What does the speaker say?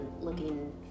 looking